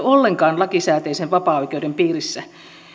ollenkaan lakisääteisen vapaaoikeuden piirissä